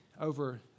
over